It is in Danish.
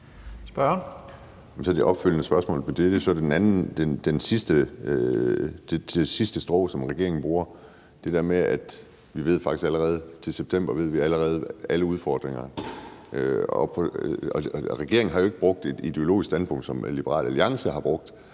Så har jeg et opfølgende spørgsmål til, at det sidste strå, som regeringen klynger sig til, er, at vi til september faktisk allerede ved alle udfordringer. Og regeringen har jo ikke brugt et ideologisk standpunkt, som Liberal Alliance har brugt.